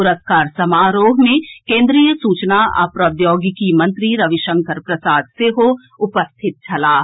पुरस्कार समारोह मे केन्द्रीय सूचना आ प्रौद्योगिकी मंत्री रविशंकर प्रसाद सेहो उपस्थित छलाह